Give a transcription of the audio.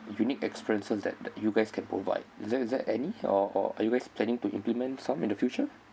unique experiences that that you guys can provide is there any or or are you guys planning to implement some in the future